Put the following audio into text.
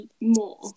more